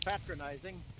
patronizing